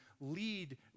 lead